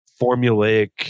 formulaic